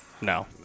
No